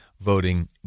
voting